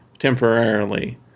temporarily